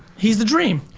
he's the dream.